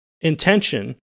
intention